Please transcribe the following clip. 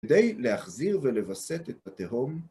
כדי להחזיר ולווסת את התהום,